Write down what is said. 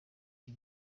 iki